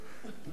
לא יהודים,